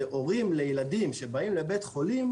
והורים לילדים שבאים לבית חולים,